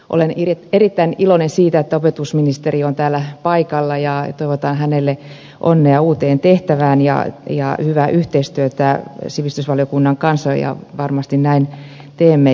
olen erittäin iloinen siitä että opetusministeri on täällä paikalla ja toivotan hänelle onnea uuteen tehtävään ja hyvää yhteistyötä sivistysvaliokunnan kanssa ja varmasti näin teemme